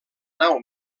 nau